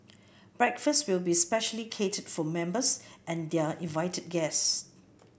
breakfast will be specially catered for members and their invited guests